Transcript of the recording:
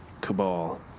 Cabal